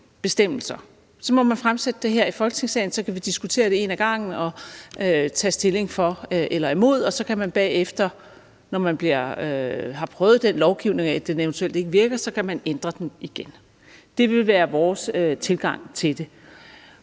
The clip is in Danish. bestemmelser. Så må man fremsætte det her i Folketingssalen, og så kan vi diskutere dem en ad gangen og tage stilling for eller imod, og så kan man bagefter, når man har prøvet den lovgivning og eventuelt set, at den ikke virker, ændre den igen. Det ville være vores tilgang til det.